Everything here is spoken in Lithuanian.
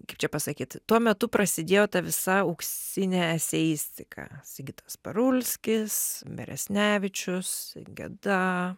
kaip čia pasakyt tuo metu prasidėjo ta visa auksinė eseistika sigitas parulskis beresnevičius geda